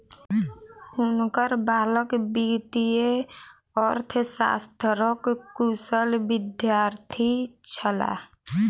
हुनकर बालक वित्तीय अर्थशास्त्रक कुशल विद्यार्थी छलाह